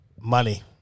Money